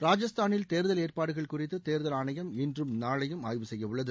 ராஜஸ்தானில் தேர்தல் ஏற்பாடுகள் குறித்து தேர்தல் ஆணையம் இன்றும் நாளையும் ஆய்வு செய்யவுள்ளது